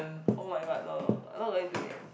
oh-my-god no I'm not going do it